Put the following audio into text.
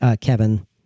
Kevin